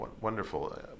Wonderful